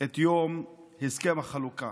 את יום הסכם החלוקה.